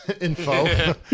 info